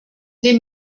dem